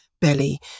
belly